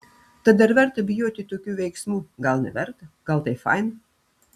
tad ar verta bijoti tokių veiksmų gal neverta gal tai fain